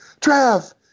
Trav